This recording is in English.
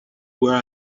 where